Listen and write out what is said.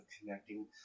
connecting